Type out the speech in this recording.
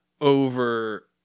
over